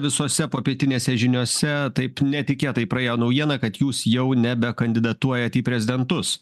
visose popietinėse žiniose taip netikėtai praėjo naujiena kad jūs jau nebekandidatuojat į prezidentus